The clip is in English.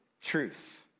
truth